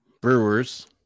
brewers